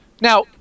Now